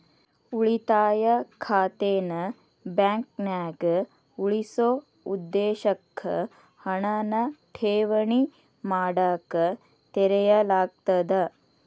ಉಳಿತಾಯ ಖಾತೆನ ಬಾಂಕ್ನ್ಯಾಗ ಉಳಿಸೊ ಉದ್ದೇಶಕ್ಕ ಹಣನ ಠೇವಣಿ ಮಾಡಕ ತೆರೆಯಲಾಗ್ತದ